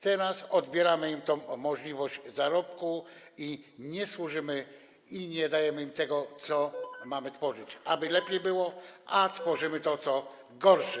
Teraz odbieramy im tę możliwość zarobku i nie służymy, i nie dajemy im tego, co mamy tworzyć, aby było lepiej, ale tworzymy to, co gorsze.